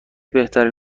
بهترین